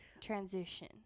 transition